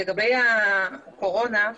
לגבי הקורונה,